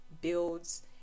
builds